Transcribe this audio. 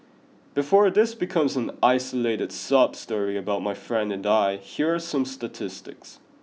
before this becomes an isolated sob story about my friend and I here are some statistics